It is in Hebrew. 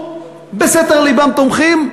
בסתר לבם תומכים,